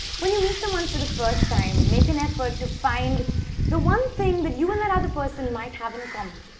when you meet someone for the first time make an effort to find the one thing that you and that other person might have in common.